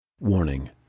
Warning